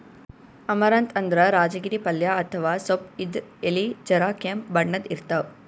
amaranth ಅಂದ್ರ ರಾಜಗಿರಿ ಪಲ್ಯ ಅಥವಾ ಸೊಪ್ಪ್ ಇದ್ರ್ ಎಲಿ ಜರ ಕೆಂಪ್ ಬಣ್ಣದ್ ಇರ್ತವ್